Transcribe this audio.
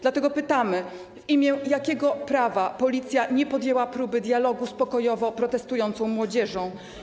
Dlatego pytamy: W imię jakiego prawa Policja nie podjęła próby dialogu z pokojowo protestującą młodzieżą?